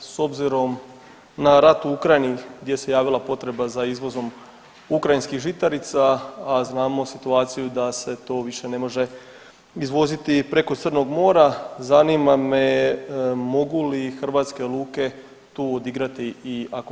S obzirom na rat u Ukrajini gdje se javila potreba za izvozom ukrajinskih žitarica, a znamo situaciju da se to više ne može izvoziti preko Crnog mora, zanima me mogu li hrvatske luke tu odigrati i ako mogu, kakvu ulogu?